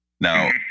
now